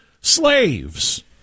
slaves